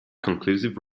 conclusive